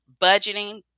budgeting